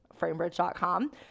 framebridge.com